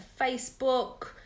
Facebook